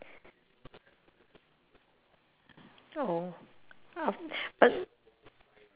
oh but